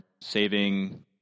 saving